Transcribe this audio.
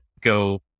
go